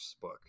book